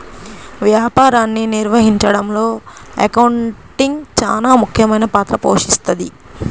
వ్యాపారాన్ని నిర్వహించడంలో అకౌంటింగ్ చానా ముఖ్యమైన పాత్ర పోషిస్తది